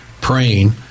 praying